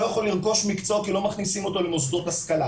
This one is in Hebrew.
יכול לרכוש מקצוע כי לא מכניסים אותו למוסדות השכלה,